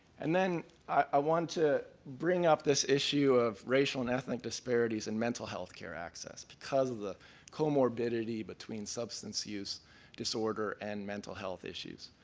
and then i want to bring up this issue of racial and ethnic disparities in mental care access, because of the co-morbidity between substance use disorder and mental health issues.